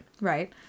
Right